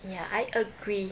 ya I agree